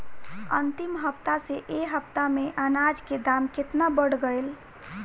अंतिम हफ्ता से ए हफ्ता मे अनाज के दाम केतना बढ़ गएल?